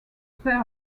pair